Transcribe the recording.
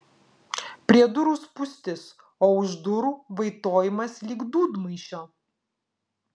prie durų spūstis o už durų vaitojimas lyg dūdmaišio